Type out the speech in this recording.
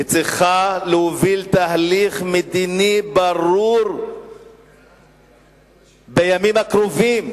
היא צריכה להוביל תהליך מדיני ברור בימים הקרובים,